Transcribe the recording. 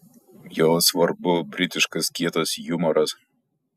jo svarbu britiškas kietas jumoras